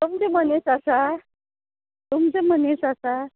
तुमचे मनीस आसा तुमचे मनीस आसा